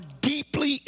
deeply